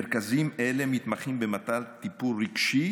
מרכזים אלה מתמחים במתן טיפול רגשי